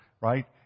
right